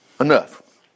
Enough